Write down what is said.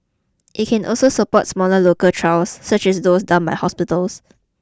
it can also support smaller local trials such as those done by hospitals